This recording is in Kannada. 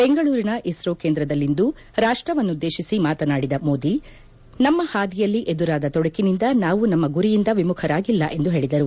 ಬೆಂಗಳೂರಿನ ಇಸ್ರೋ ಕೇಂದ್ರದಲ್ಲಿಂದು ರಾಷ್ಟವನ್ನುದ್ಲೇಶಿಸಿ ಮಾತನಾಡಿದ ಮೋದಿ ನಮ್ನ ಹಾದಿಯಲ್ಲಿ ಎದುರಾದ ತೊಡಕಿನಿಂದ ನಾವು ನಮ್ನ ಗುರಿಯಿಂದ ವಿಮುಖರಾಗಿಲ್ಲ ಎಂದು ಹೇಳಿದರು